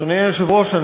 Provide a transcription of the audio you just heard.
אדוני היושב-ראש,